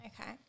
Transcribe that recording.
Okay